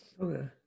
Okay